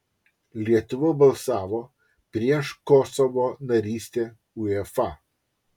lietuva balsavo prieš kosovo narystę uefa